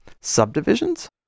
subdivisions